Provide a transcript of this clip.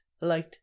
light